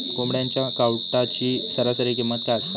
कोंबड्यांच्या कावटाची सरासरी किंमत काय असा?